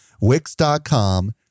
wix.com